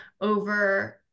over